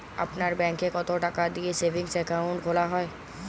আপনার ব্যাংকে কতো টাকা দিয়ে সেভিংস অ্যাকাউন্ট খোলা হয়?